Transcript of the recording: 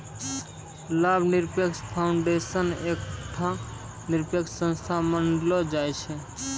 लाभ निरपेक्ष फाउंडेशन एकठो निरपेक्ष संस्था मानलो जाय छै